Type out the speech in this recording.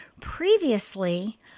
Previously